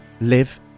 live